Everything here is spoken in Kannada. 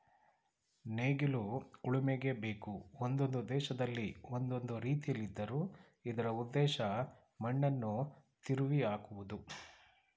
ನೇಗಿಲು ಉಳುಮೆಗೆ ಬೇಕು ಒಂದೊಂದು ದೇಶದಲ್ಲಿ ಒಂದೊಂದು ರೀತಿಲಿದ್ದರೂ ಇದರ ಉದ್ದೇಶ ಮಣ್ಣನ್ನು ತಿರುವಿಹಾಕುವುದು